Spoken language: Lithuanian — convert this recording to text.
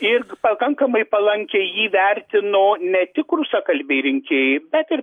ir pakankamai palankiai jį vertino ne tik rusakalbiai rinkėjai bet ir